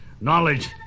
knowledge